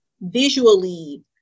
visually